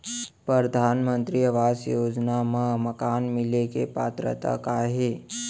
परधानमंतरी आवास योजना मा मकान मिले के पात्रता का हे?